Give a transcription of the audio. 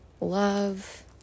love